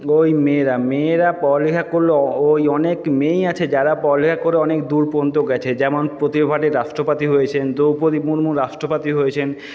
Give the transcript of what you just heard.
ওই মেয়েরা মেয়েরা পড়ালেখা করলে ওই অনেক মেয়েই আছে যারা পড়ালেখা করে অনেক দূর পর্যন্ত গেছে যেমন প্রতিভা পাতিল রাষ্ট্রপতি হয়েছেন দ্রৌপদী মুরমু রাষ্ট্রপতি হয়েছেন